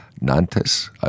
Nantes